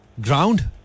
Ground